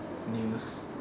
news